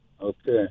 Okay